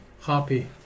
Happy